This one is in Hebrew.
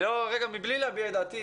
מבלי להביע את דעתי,